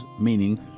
meaning